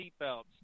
seatbelts